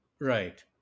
Right